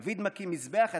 דוד מקים מזבח.